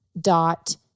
dot